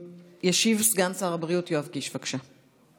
ישיב סגן שר הבריאות יואב קיש, בבקשה.